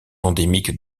endémique